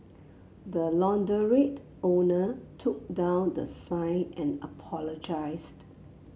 the launderette owner took down the sign and apologised